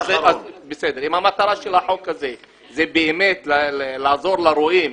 אם המטרה של החוק הזה היא באמת לעזור לרועים